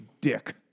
dick